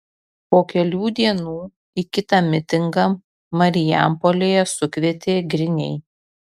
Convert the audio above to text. po kelių dienų į kitą mitingą marijampolėje sukvietė griniai